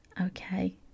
Okay